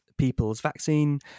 PeoplesVaccine